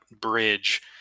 Bridge